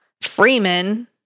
Freeman